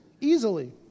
easily